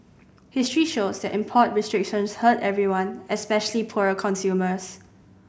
history shows that import restrictions hurt everyone especially poorer consumers